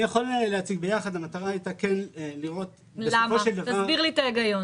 תסביר לי את ההיגיון.